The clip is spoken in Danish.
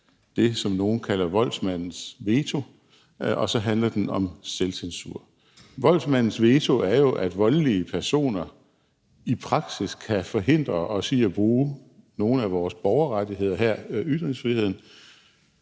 det, som nogle kalder voldsmandens veto, og så handler den om selvcensur. Voldsmandens veto er jo, at voldelige personer i praksis kan forhindre os i at bruge nogle af vores borgerrettigheder, her ytringsfriheden,